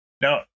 No